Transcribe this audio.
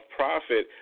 profit